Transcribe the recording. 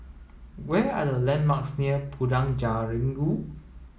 where are the landmarks near Padang Jeringau